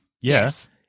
Yes